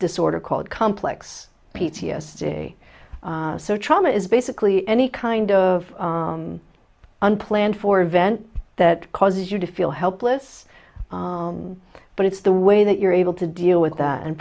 disorder called complex p t s d so trauma is basically any kind of unplanned for event that causes you to feel helpless but it's the way that you're able to deal with that and